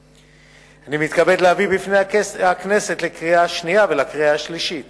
אני מתכבד להביא בפני הכנסת לקריאה שנייה ולקריאה שלישית